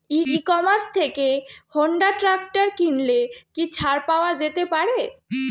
ই commerce থেকে Honda tractor কিনলে কি ছাড় পাওয়া যেতে পারে?